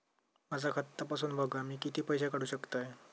माझा खाता तपासून बघा मी किती पैशे काढू शकतय?